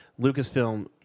Lucasfilm